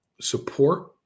support